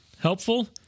Helpful